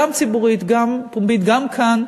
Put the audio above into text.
גם ציבורית, גם פומבית וגם כאן,